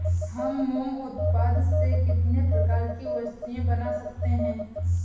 हम मोम उत्पाद से कितने प्रकार की वस्तुएं बना सकते हैं?